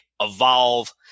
Evolve